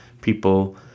people